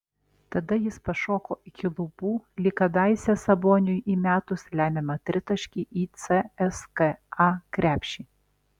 tada jis pašoko iki lubų lyg kadaise saboniui įmetus lemiamą tritaškį į cska krepšį